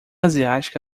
asiática